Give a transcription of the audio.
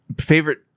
favorite